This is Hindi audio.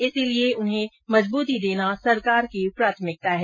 इसीलिये उन्हें मजबूती देना सरकार की प्राथमिकता है